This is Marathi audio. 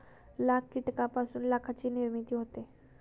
लाख कीटकांपासून लाखाची निर्मिती होते